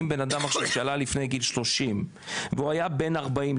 אם בנאדם שעלה לפני גיל 30 והוא היה בן 40,